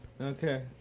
Okay